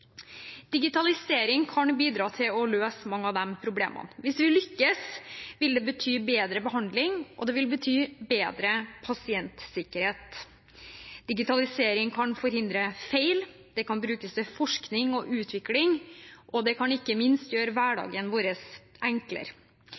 Digitalisering kan bidra til å løse mange av de problemene. Hvis vi lykkes, vil det bety bedre behandling, og det vil bety bedre pasientsikkerhet. Digitalisering kan forhindre feil, det kan brukes til forskning og utvikling, og det kan ikke minst gjøre